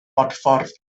bodffordd